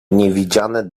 niewidziane